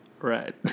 Right